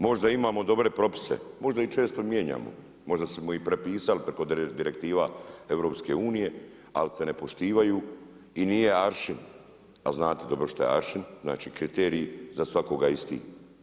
Možda imamo dobre propise, možda ih često mijenjamo, možda smo ih prepisali preko direktiva EU-a ali se ne poštivaju i nije aršin a znate dobro šta je aršin, znači kriteriji za svakoga isti.